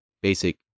basic